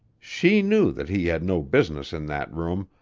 she knew that he had no business in that room,